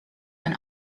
and